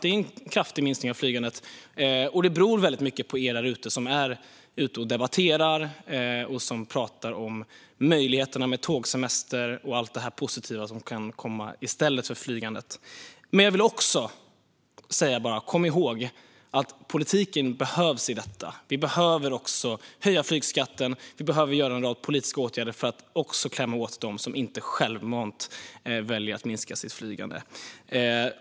Det är en kraftig minskning av flygandet, och det beror väldigt mycket på er där ute som debatterar och pratar om möjligheterna med tågsemester och allt det positiva som kan komma i stället för flygandet. Men jag vill också säga: Kom ihåg att politiken behövs i detta! Vi behöver höja flygskatten. Vi behöver vidta en rad politiska åtgärder för att klämma åt dem som inte självmant väljer att minska sitt flygande.